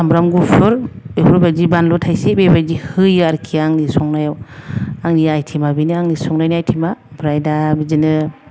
सामब्राम गुफुर बेफोरबादि बानलु थाइसे बिबायदि होयो आरोखि आंनि संनायाव आंनि आइतेमा बेनो आंनि संनायनि आइतेमा ओमफ्राय दा बिदिनो